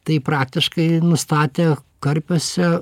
tai praktiškai nustatė karpiuose